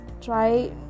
try